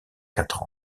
quatre